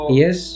yes